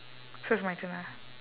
so it's my turn lah